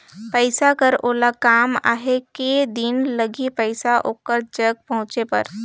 पइसा कर ओला काम आहे कये दिन लगही पइसा ओकर जग पहुंचे बर?